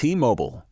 T-Mobile